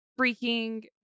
freaking